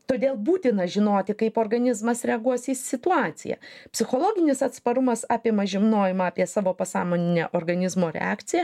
todėl būtina žinoti kaip organizmas reaguos į situaciją psichologinis atsparumas apima žinojimą apie savo pasąmoninę organizmo reakciją